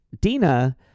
Dina